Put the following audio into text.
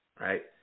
right